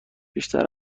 بیشتر